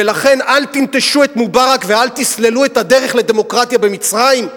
ולכן אל תנטשו את מובארק ואל תסללו את הדרך לדמוקרטיה במצרים,